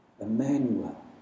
Emmanuel